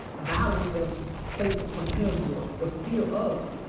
a violence that was placed upon him, or the fear of.